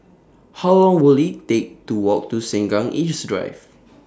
How Long Will IT Take to Walk to Sengkang East Drive